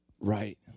right